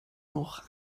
noch